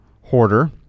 hoarder